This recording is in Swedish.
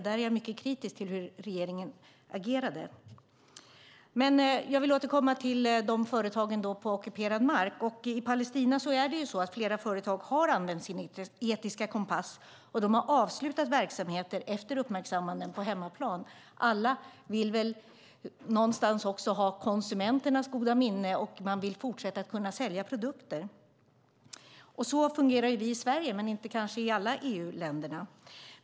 Där är jag mycket kritisk till hur regeringen agerade. Jag vill återkomma till företagen på ockuperad mark. I Palestina har flera företag använt sin etiska kompass och avslutat verksamheter efter uppmärksammanden på hemmaplan. Alla vill väl någonstans ha konsumenternas goda minne, och man vill kunna fortsätta att sälja produkter. Så fungerar det i Sverige men kanske inte i alla EU-länder.